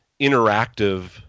interactive